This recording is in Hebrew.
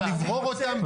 ונברור אותם.